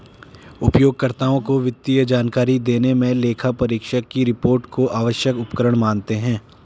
उपयोगकर्ताओं को वित्तीय जानकारी देने मे लेखापरीक्षक की रिपोर्ट को आवश्यक उपकरण मानते हैं